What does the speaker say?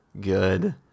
good